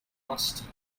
musty